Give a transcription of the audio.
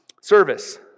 Service